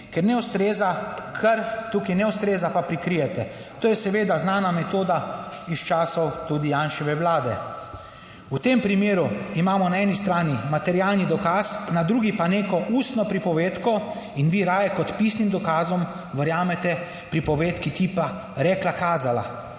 ker ne ustreza, kar tukaj ne ustreza, pa prikrijete. To je seveda znana metoda. Iz časov tudi Janševe Vlade. V tem primeru imamo na eni strani materialni dokaz, na drugi pa neko ustno pripovedko in vi raje kot pisnim dokazom verjamete pripovedki tipa rekla kazala,